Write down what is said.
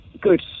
good